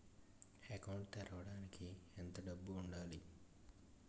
Account తెరవడానికి ఎంత డబ్బు ఉండాలి?